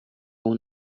اون